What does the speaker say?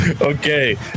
Okay